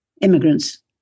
immigrants